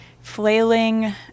flailing